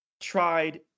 tried